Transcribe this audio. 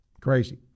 Crazy